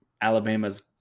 Alabama's